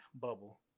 bubble